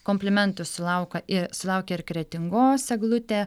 komplimentų sulauka ir sulaukė ir kretingos eglutė